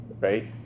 right